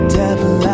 devil